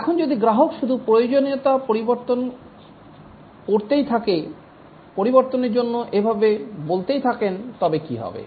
এখন যদি গ্রাহক শুধু প্রয়োজনীয়তা পরিবর্তন করতেই থাকে পরিবর্তনের জন্য এভাবে বলতেই থাকেন তবে কি হবে